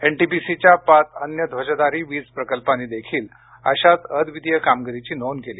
एनटीपीसीच्या पाच अन्य ध्वजाधारी वीज प्रकल्पांनी देखील अशाच अद्वितीय कामगिरीची नोंद केली